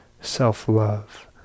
self-love